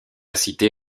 cité